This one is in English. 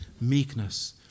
meekness